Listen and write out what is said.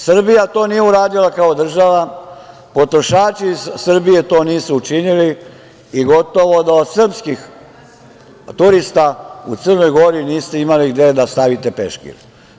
Srbija to nije uradila kao država, potrošači iz Srbije to nisu učinili i gotovo da od srpskih turista u Crnoj Gori niste imali gde da stavite peškir.